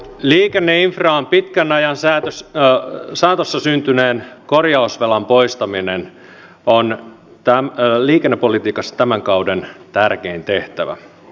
liikenneinfraan pitkän ajan saatossa syntyneen korjausvelan poistaminen on liikennepolitiikassa tämän kauden tärkein tehtävä